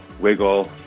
wiggle